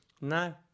No